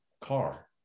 car